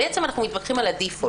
אנחנו מתווכחים על ברירת המחדל.